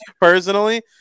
personally